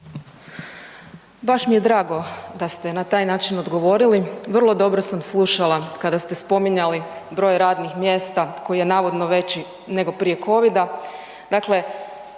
Baš mi je drago da ste na taj način odgovorili, vrlo dobro sam slušala kada ste spominjali broj radnih mjesta koji je navodno veći nego prije COVID-a, dakle